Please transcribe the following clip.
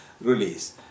release